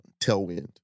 tailwind